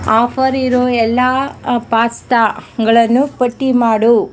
offer ಇರೋ ಎಲ್ಲ ಪಾಸ್ತಾಗಳನ್ನು ಪಟ್ಟಿ ಮಾಡು